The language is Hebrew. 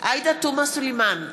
עאידה תומא סלימאן,